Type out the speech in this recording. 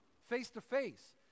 face-to-face